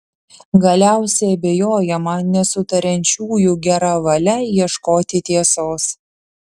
galiausiai abejojama nesutariančiųjų gera valia ieškoti tiesos